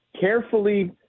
carefully